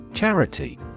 Charity